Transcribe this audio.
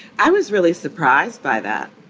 i was really surprised by that.